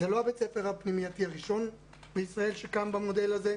זה לא בית הספר הפנימייתי הראשון בישראל שקם במודל הזה,